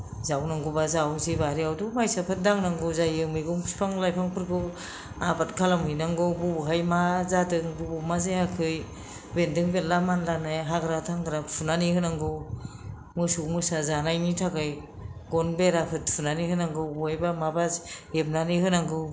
जावनांगौबा जावहैनोसै बारियावथ' माइसाफोर दांनांगौ जायो मैगं बिफां लाइफांफोरखौ आबाद खालामहैनांगौ बबेहाय मा जादों बबाव मा जायाखै बेन्दों बेनला मानलानाय हाग्रा थांग्रा फुनानै होनांगौ मोसौ मोसा जानायनि थाखाय गन बेराखौ थुनानै होनांगौ बबेबा माबा हेबनानै होनांगौ